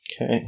okay